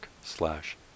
slash